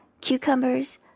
cucumbers